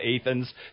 Athens